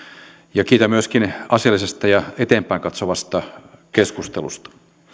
kiitän myöskin asiallisesta ja eteenpäin katsovasta keskustelusta